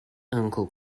uncle